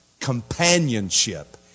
companionship